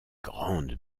grandes